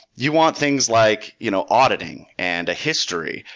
you want things like you know auditing and a history.